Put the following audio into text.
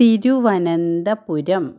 Thiruvananthapuram